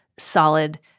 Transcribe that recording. solid